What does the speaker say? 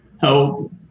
help